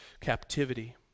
captivity